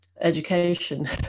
education